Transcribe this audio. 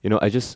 you know I just